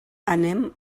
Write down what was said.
anem